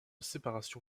séparation